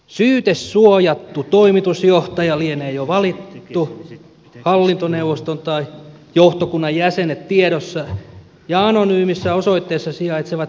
syytesuojattu toimitusjohtaja lienee jo valittu hallintoneuvoston tai johtokunnan jäsenet tiedossa ja anonyymissä osoitteessa sijaitsevat toimitilat sisustettu